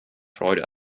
freude